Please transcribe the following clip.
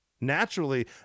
Naturally